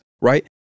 right